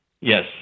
Yes